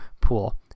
pool